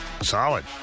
Solid